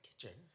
kitchen